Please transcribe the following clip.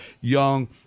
Young